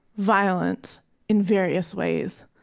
violence in various ways.